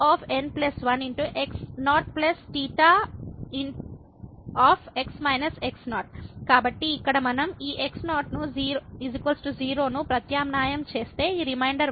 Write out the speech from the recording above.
fn1x0 θ కాబట్టి ఇక్కడ మనం ఈ x0 0 ను ప్రత్యామ్నాయం చేస్తే ఈ రిమైండర్ వస్తుంది Rn n 1n 1